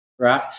right